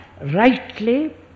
rightly